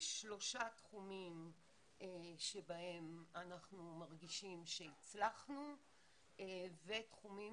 שלושה תחומים שבהם אנחנו מרגישים שהצלחנו ותחומים